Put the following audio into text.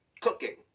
cooking